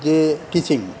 যে টিচিং